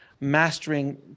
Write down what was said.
Mastering